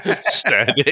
Steady